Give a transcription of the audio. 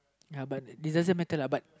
ya but it doesn't matter lah but